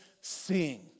seeing